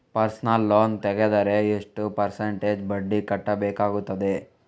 Personal loan ತೆಗೆದರೆ ಎಷ್ಟು percentage ಬಡ್ಡಿ ಕಟ್ಟಬೇಕಾಗುತ್ತದೆ?